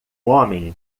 homem